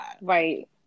right